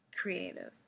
creative